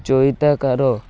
Chaita car